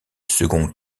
second